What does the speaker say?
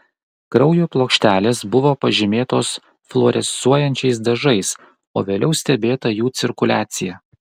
kraujo plokštelės buvo pažymėtos fluorescuojančiais dažais o vėliau stebėta jų cirkuliacija